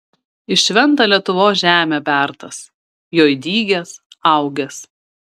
į šventą lietuvos žemę bertas joj dygęs augęs